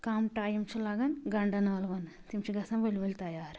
کَم ٹایِم چھُ لَگان گَنٛڈَن ٲلوَن تِم چھِ گَژھان ؤلۍ ؤلۍ تَیار